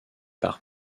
par